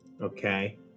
Okay